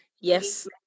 Yes